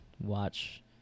watch